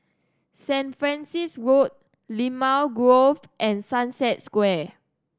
Saint Francis Road Limau Grove and Sunset Square